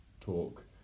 talk